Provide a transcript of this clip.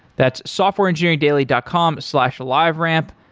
that's softwareengineeringdaily dot com slash liveramp.